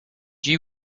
you